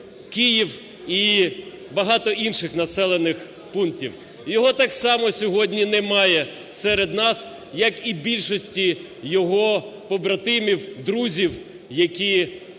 Київ і багато інших населених пунктів. Його так само сьогодні немає серед нас, як і більшості його побратимів, друзів, які були